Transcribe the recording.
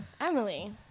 Emily